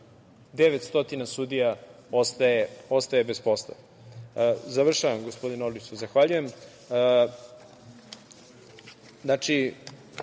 900 sudija ostaje bez posla. Završavam, gospodine Orliću, zahvaljujem. Što